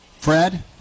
Fred